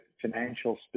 financial